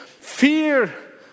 Fear